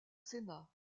sénat